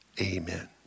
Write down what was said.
amen